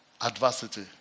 adversity